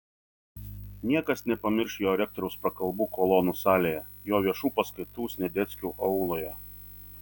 niekas nepamirš jo rektoriaus prakalbų kolonų salėje jo viešų paskaitų sniadeckių auloje